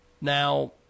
now